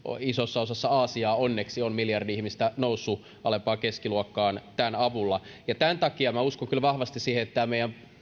isossa osassa aasiaa onneksi on miljardi ihmistä noussut alempaan keskiluokkaan tämän avulla ja tämän takia minä uskon kyllä vahvasti siihen että tämä meidän